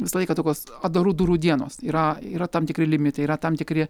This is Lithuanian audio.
visą laiką tokios atdarų durų dienos yra yra tam tikri limitai yra tam tikri